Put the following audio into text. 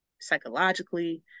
psychologically